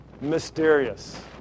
Mysterious